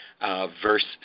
Verse